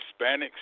Hispanics